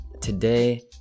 today